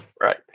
right